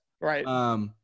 Right